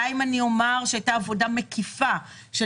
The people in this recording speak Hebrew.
די אם אני אומר שהייתה עבודה מקיפה של